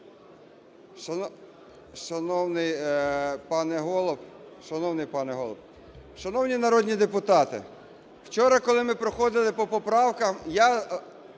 шановний пане Голово, шановні народні депутати! Вчора коли ми проходили по поправках, я